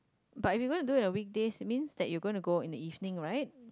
but if you going to do your weekdays that means that you going to go in the evening right